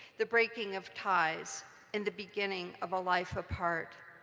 the breaking of ties and the beginning of a life apart.